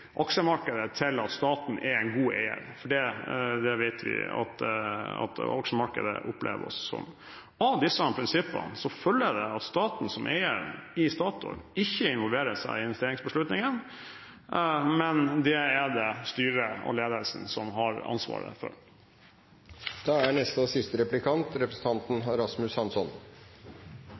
aksjemarkedet til at staten er en god eier, for det vet vi at aksjemarkedet opplever oss som. Av disse prinsippene følger det at staten som eier i Statoil ikke involverer seg i investeringsbeslutningene. Det er det styret og ledelsen som har ansvaret for. Stortingets flertall – flertallet av partiene – har i denne debatten uttrykt sterk misnøye med Statoils tjæresandengasjement og